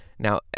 Now